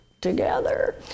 together